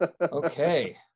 Okay